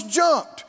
jumped